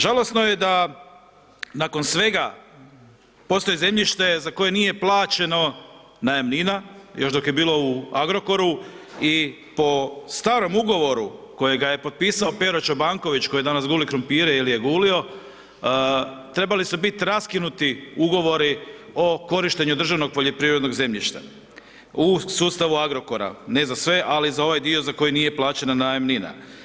Žalosno je da nakon svega postoji zemljište za koje nije plaćeno najamnina, još dok je bilo u Agrokoru i po starom ugovoru kojega je potpisao Pero Čobanković koji danas guli krumpire ili je gulio, trebali su biti raskinuti ugovori o korištenju državnog poljoprivrednog zemljišta u sustavu Agrokora ne za sve ali za ovaj dio za koji nije plaćena najamnina.